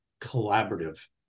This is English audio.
collaborative